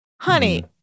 Honey